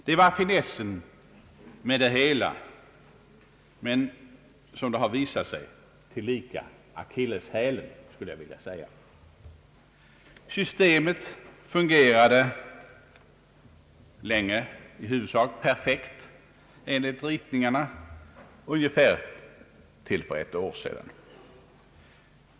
Det var finessen med det hela men — som det har visat sig — tillika akilleshälen. Systemet fungerade i huvudsak perfekt enligt ritningarna, till för ungefär ett år sedan.